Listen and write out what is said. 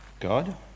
God